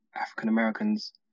African-Americans